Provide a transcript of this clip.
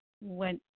went